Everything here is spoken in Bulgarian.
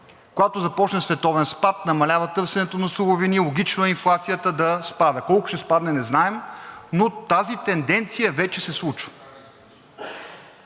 Когато започне световен спад, намалява търсенето на суровини, логично е инфлацията да спада. Колко ще спадне не знаем, но тази тенденция вече се случва.